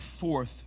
fourth